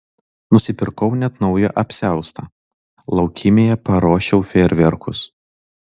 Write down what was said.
nusipirkau net naują apsiaustą laukymėje paruošiau fejerverkus